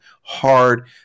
hard